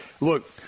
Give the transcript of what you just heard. look